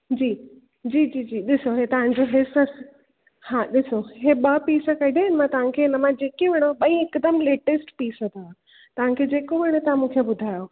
जी जी जी जी ॾिसो हे तव्हांजो ड्रैसस ॾिसो हे ॿ पीस कढिया आहिनि मां तव्हांखे हिन मां जेके वणेव ॿई हिकदमि लेटैस्ट पीस अथव तव्हांखे जेको वणे तव्हां मूंखे ॿुधायो